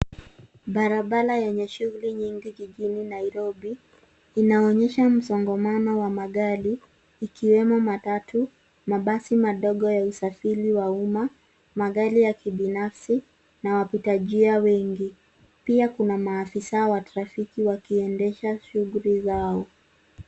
Barabara yenye shughuli nyingi jijini Nairobi inaonyesha msongamano wa magari ikiwemo matatu, mabasi madogo ya usafiri wa umma, magari ya kibinafsi na wapita njia wengi. Pia kuna maafisaa wa trafiki wakiendesha shughuli zao.